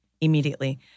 immediately